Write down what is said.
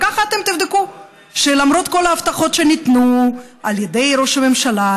וככה תבדקו שלמרות כל ההבטחות שניתנו על ידי ראש הממשלה,